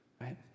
Right